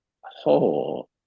whole